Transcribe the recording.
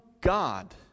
God